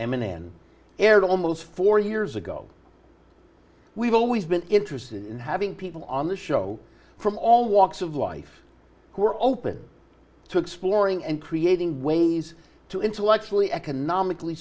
n aired almost four years ago we've always been interested in having people on the show from all walks of life who are open to exploring and creating ways to intellectually economically